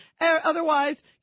Otherwise